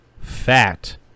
fat